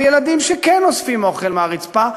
על ילדים שכן אוספים אוכל מהרצפה,